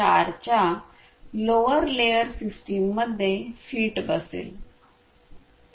4 च्या lower layer सिस्टममध्ये fit बसेल